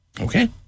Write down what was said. Okay